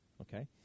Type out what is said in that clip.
okay